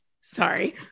sorry